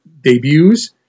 debuts